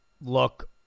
look